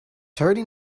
thirty